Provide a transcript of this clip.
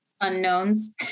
unknowns